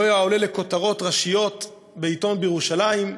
לא היה עולה לכותרות ראשיות בעיתון בירושלים.